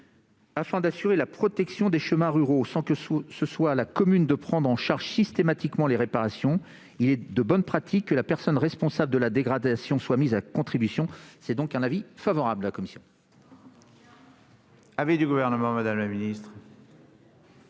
afin d'assurer la protection des chemins ruraux sans que la commune ait à prendre en charge systématiquement les réparations. Il est de bonne pratique que la personne responsable de la dégradation soit mise à contribution. L'avis de la commission